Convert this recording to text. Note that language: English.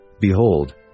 Behold